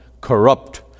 corrupt